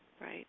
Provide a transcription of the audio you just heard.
right